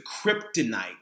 kryptonite